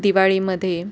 दिवाळीमध्ये